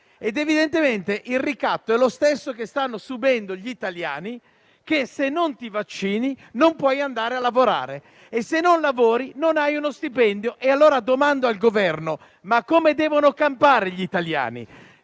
ed evidentemente il ricatto è lo stesso che stanno subendo gli italiani che, se non si vaccinano, non possono andare a lavorare; e, se non lavorano, non hanno uno stipendio. Domando allora al Governo: ma come devono campare gli italiani?